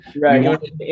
right